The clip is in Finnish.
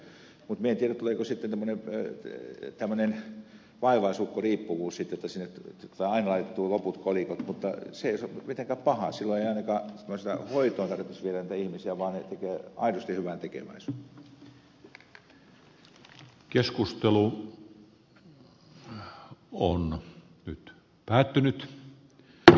mutta minä en tiedä tuleeko sitten tämmöinen vaivaisukkoriippuvuus sitten tässä tai haihtuu loput olivat mutta siitä mitä pahaa sille että osa on voitava syödä ihmisiä vaan sinne tulee aina laitettua loput kolikot